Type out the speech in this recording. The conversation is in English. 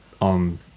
on